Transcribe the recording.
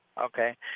Okay